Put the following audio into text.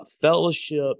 Fellowship